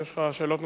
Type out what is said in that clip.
יש לך שאלות נוספות?